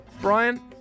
Brian